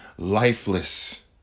Lifeless